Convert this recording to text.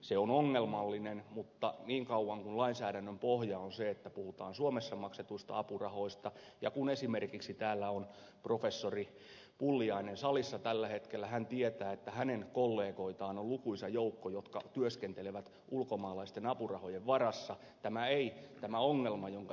se on ongelmallinen mutta niin kauan kuin lainsäädännön pohja on se että puhutaan suomessa maksetuista apurahoista kun esimerkiksi täällä on professori pulliainen salissa tällä hetkellä hän tietää että hänen kollegoitaan on lukuisa joukko jotka työskentelevät ulkomaalaisten apurahojen varassa tämä ongelma jonka ed